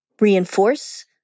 reinforce